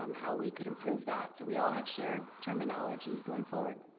um how we could improve that so we all have shared terminology going forward.